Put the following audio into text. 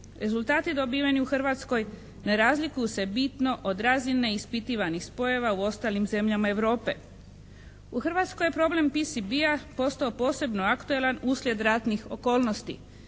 Rezultati dobiveni u Hrvatskoj ne razlikuju se bitno od razine ispitivanih spojeva u ostalim zemljama Europe. U Hrvatskoj je problem PCB-a postao posebno aktualan uslijed ratnih okolnosti.